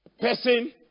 person